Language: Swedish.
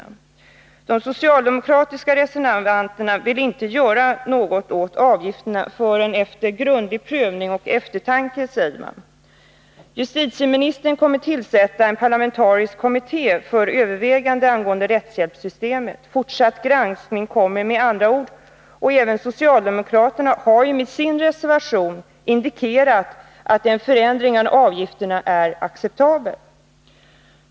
De socialdemokratiska reservanterna vill inte göra något åt avgifterna förrän efter grundlig prövning och eftertanke, säger man. Justitieministern kommer att tillsätta en parlamentarisk kommitté för överväganden angående rättshjälpssystemet. Fortsatt granskning kommer alltså med andra ord. Och även socialdemokraterna har med sin reservation indikerat att en förändring av avgifterna är acceptabel.